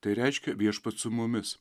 tai reiškia viešpats su mumis